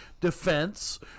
defense